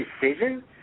decision